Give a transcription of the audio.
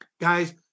Guys